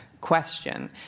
question